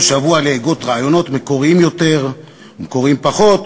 כל שבוע להגות רעיונות מקוריים יותר או מקוריים פחות,